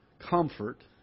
comfort